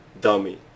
dummy